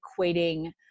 equating